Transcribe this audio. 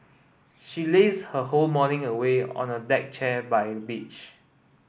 she lazed her whole morning away on a deck chair by the beach